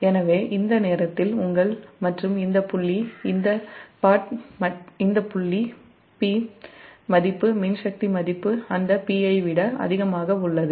எனவே அந்த நேரத்தில் இந்த புள்ளி Pa இந்த புள்ளி மின்சக்தி மதிப்பு அந்த Pi விட அதிகமாக உள்ளது